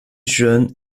jeunes